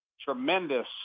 tremendous